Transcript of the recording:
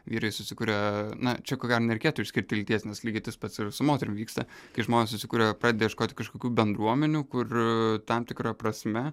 vyrai susikuria na čia ko gero nereikėtų išskirti lyties nes lygiai tas pats ir su moterim vyksta kai žmonės susikuria pradeda ieškoti kažkokių bendruomenių kur tam tikra prasme